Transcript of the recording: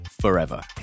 forever